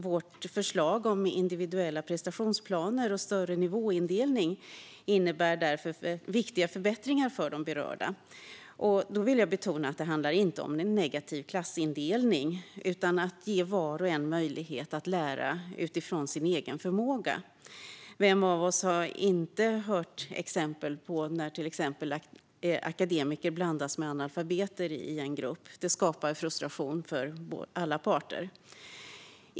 Vårt förslag om individuella prestationsplaner och större nivåindelning innebär därför viktiga förbättringar för de berörda. Jag vill betona att det inte handlar om en negativ klassindelning utan om att ge var och en möjlighet att lära utifrån sin egen förmåga. Vem av oss har inte hört exempel på att exempelvis akademiker blandas med analfabeter i en grupp? Det skapar frustration för alla parter.